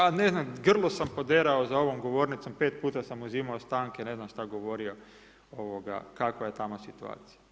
A ne znam, grlo sam poderao za ovom govornicom, 5 puta sam uzimao stanke, ne znam šta govorio, ovoga, kakva je tamo situacija.